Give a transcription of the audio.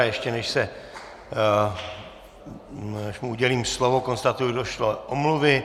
Ještě než mu udělím slovo, konstatuji došlé omluvy.